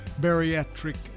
bariatric